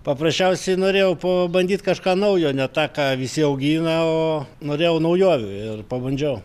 paprasčiausiai norėjau pabandyt kažką naujo ne tą ką visi augina o norėjau naujovių ir pabandžiau